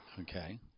Okay